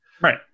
right